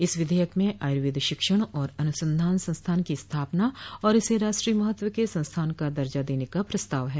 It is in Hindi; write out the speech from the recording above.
इस विधेयक में आयुर्वेद शिक्षण और अनुसंधान संस्थान की स्थापना और इसे राष्ट्रीय महत्व के संस्थान का दर्जा देने का प्रस्ताव है